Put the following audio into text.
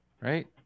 Right